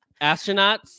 Astronauts